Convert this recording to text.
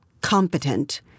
competent